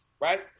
right